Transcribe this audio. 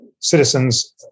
citizens